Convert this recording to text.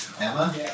Emma